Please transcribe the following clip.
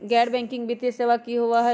गैर बैकिंग वित्तीय सेवा की होअ हई?